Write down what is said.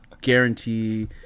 guarantee